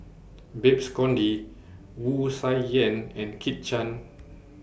Babes Conde Wu Tsai Yen and Kit Chan